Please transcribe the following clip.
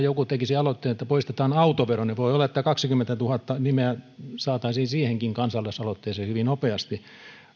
joku tekisi aloitteen että poistetaan autovero niin voi olla että kaksikymmentätuhatta nimeä saataisiin siihenkin kansalaisaloitteeseen hyvin nopeasti